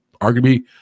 Arguably